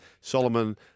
Solomon